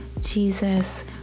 Jesus